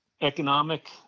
economic